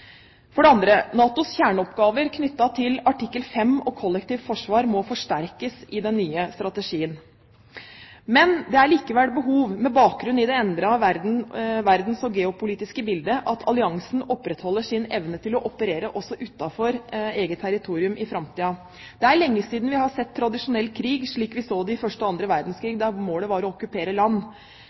NATOs kjerneoppgaver knyttet til artikkel 5 og kollektivt forsvar må forsterkes i den nye strategien. Det er likevel behov for, med bakgrunn i det endrede verdens- og geopolitiske bildet, at alliansen opprettholder sin evne til å operere også utenfor eget territorium i framtiden. Det er lenge siden vi har sett tradisjonell krig slik vi så det i første og annen verdenskrig, der målet var å okkupere land.